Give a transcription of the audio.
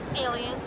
Aliens